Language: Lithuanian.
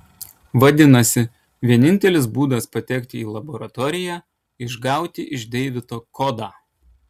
vadinasi vienintelis būdas patekti į laboratoriją išgauti iš deivido kodą